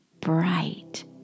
bright